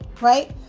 right